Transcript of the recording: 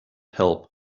help